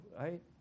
right